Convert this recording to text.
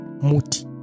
Muti